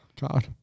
God